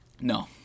no